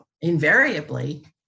invariably